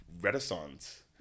renaissance